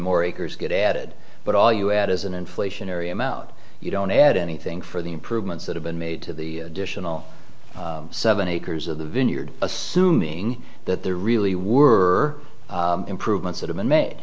more acres get added but all you add is an inflationary i'm out you don't add anything for the improvements that have been made to the additional seven acres of the vineyard assuming that there really were improvements that have been made